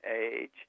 age